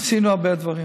עשינו הרבה דברים.